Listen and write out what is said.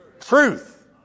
truth